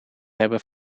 hebben